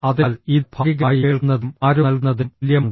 അതിനാൽ ഇത് ഭാഗികമായി കേൾക്കുന്നതിനും ആരോ നൽകുന്നതിനും തുല്യമാണ്